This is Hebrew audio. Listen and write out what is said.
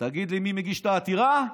תגיד לי מי מגיש את העתירה,